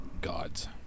Gods